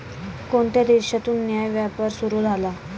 कोणत्या देशातून न्याय्य व्यापार सुरू झाला?